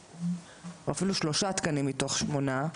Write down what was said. או אפילו שלושה תקנים מתוך שמונה,